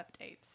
updates